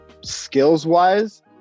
skills-wise